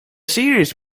series